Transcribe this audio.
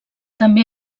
també